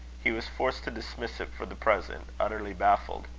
he was forced to dismiss it for the present, utterly baffled.